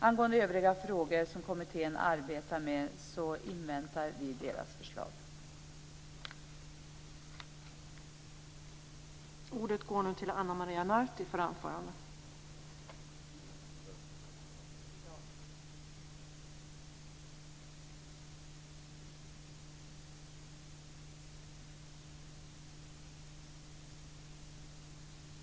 I övrigt inväntar vi kommitténs förslag i de övriga frågor man arbetar med.